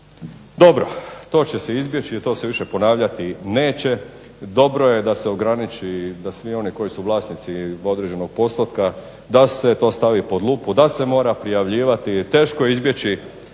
Dobro. To će se izbjeći, jer to se više ponavljati neće, dobro je da se ograniči da svi oni koji su vlasnici određenog postotka da se to stavi pod lupu, da se mora prijavljivati, teško je izbjeći